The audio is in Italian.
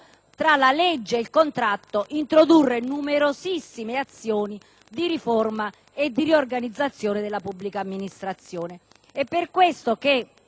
tra la legge e il contratto, introdurre numerosissime azioni di riforma e di riorganizzazione della pubblica amministrazione. È per questo che